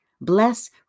bless